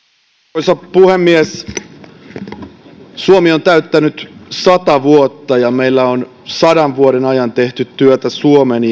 arvoisa puhemies suomi on täyttänyt sata vuotta ja meillä on sadan vuoden ajan tehty työtä suomen